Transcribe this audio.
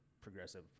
progressive